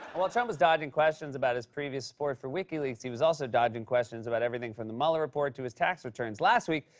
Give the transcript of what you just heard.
while trump was dodging questions about his previous support for wikileaks, he was also dodging questions about everything from the mueller report to his tax returns. last week,